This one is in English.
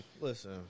Listen